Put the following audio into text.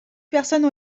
personnes